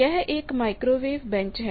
यह एक microwave bench है